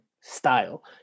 style